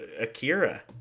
akira